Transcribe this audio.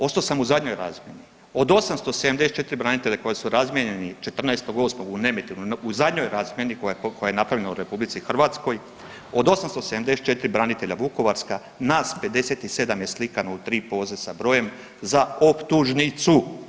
Osto sam u zadnjoj razmjeni, od 874 branitelja koji su razmijenjeni 14.8. u Nemetinu, u zadnjoj razmjeni koja je napravljena u RH od 874 branitelja vukovarska nas 57 je slikano u 3 poze sa brojem za optužnicu.